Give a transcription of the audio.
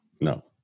No